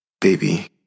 baby